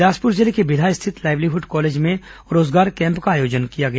बिलासपुर जिले के बिल्हा स्थित लाइवलीहुड कॉलेज में रोजगार कैम्प का आयोजन किया गया